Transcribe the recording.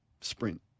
sprint